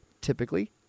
typically